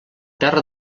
terra